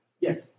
yes